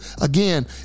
again